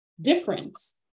difference